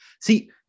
see